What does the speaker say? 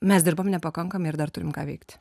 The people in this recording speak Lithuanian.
mes dirbam nepakankamai ir dar turim ką veikti